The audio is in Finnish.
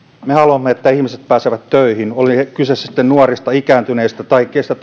me haluamme että ihmiset pääsevät töihin oli kyse sitten nuorista ikääntyneistä tai keistä